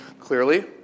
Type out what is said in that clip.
clearly